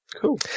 Cool